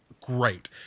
great